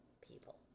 people